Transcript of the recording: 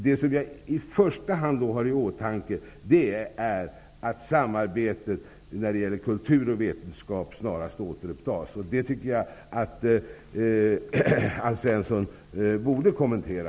Det jag i första hand har i åtanke är att samarbetet när det gäller kultur och vetenskap snarast återupptas. Den saken tycker jag att Alf Svensson borde kommentera.